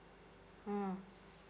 mm